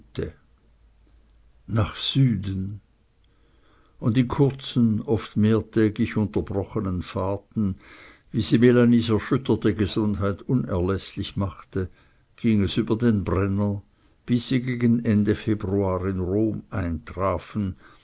nach süden und in kurzen oft mehrtägig unterbrochenen fahrten wie sie melanies erschütterte gesundheit unerläßlich machte ging es über den brenner bis sie gegen ende februar in rom eintrafen